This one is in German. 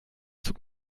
zug